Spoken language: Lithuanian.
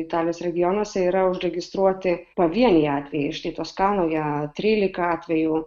italijos regionuose yra užregistruoti pavieniai atvejai štai toskanoje trylika atvejų